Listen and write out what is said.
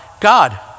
God